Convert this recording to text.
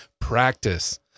Practice